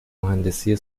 مهندسی